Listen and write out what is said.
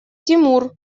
тимур